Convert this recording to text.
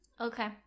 Okay